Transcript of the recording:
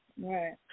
Right